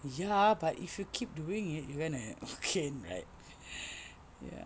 ya but if you keep doing it you gonna gain right ya